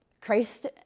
Christ